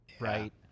Right